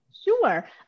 Sure